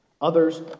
Others